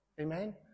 Amen